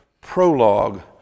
prologue